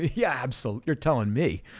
yeah, absolutely. you're telling me,